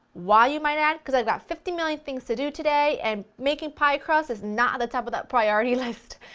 why you might ask? because i got fifty million things to do today and making pie crust is not at the top of that priority list.